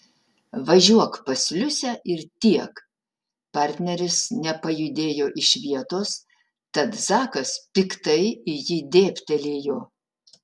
važiuok pas liusę ir tiek partneris nepajudėjo iš vietos tad zakas piktai į jį dėbtelėjo